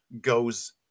goes